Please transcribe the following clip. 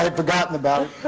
um forgotten about it.